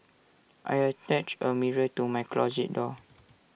I attached A mirror to my closet door